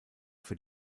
für